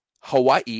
Hawaii